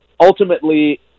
ultimately